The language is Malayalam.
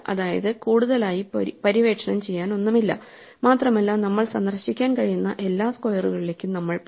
അതായത് കൂടുതലായി പര്യവേക്ഷണം ചെയ്യാനൊന്നുമില്ല മാത്രമല്ല നമ്മൾ സന്ദർശിക്കാൻ കഴിയുന്ന എല്ലാ സ്ക്വയറുകളിലേക്കും നമ്മൾ പോയി